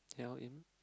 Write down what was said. they're all in